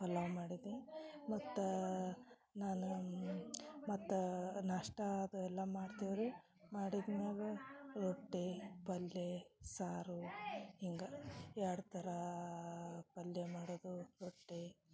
ಪಲಾವು ಮಾಡಿದ್ದು ಮತ್ತು ನಾನು ಮತ್ತು ನಾಷ್ಟ ಅದು ಎಲ್ಲ ಮಾಡ್ತಿವಿ ರೀ ಮಾಡಿದ ಮ್ಯಾಗ ರೊಟ್ಟಿ ಪಲ್ಯೆ ಸಾರು ಹಿಂಗ ಎರಡು ಥರ ಪಲ್ಯ ಮಾಡೋದು ರೊಟ್ಟಿ